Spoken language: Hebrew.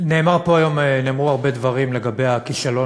נאמרו פה היום הרבה דברים לגבי הכישלון